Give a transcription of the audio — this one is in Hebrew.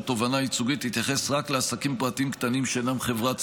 תובענה ייצוגית תתייחס רק לעסקים פרטיים קטנים שאינם חברה ציבורית.